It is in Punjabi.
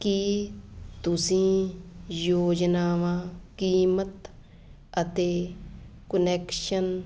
ਕੀ ਤੁਸੀਂ ਯੋਜਨਾਵਾਂ ਕੀਮਤ ਅਤੇ ਕੁਨੈਕਸ਼ਨ